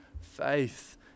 faith